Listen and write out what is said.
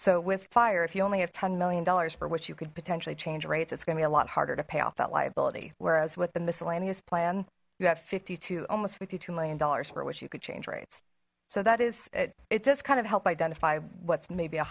so with fire if you only have ten million dollars for which you could potentially change rates it's going to be a lot harder to pay off that liability whereas with the miscellaneous plan you have fifty to almost fifty two million dollars for which you could change rates so that is it it just kind of helped identify what's maybe a